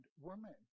woman